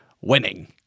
winning